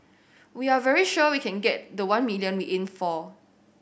we are very sure we can get the one million we aimed for